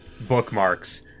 bookmarks